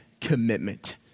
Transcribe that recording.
commitment